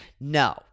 No